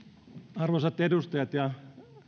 arvoisat edustajat ja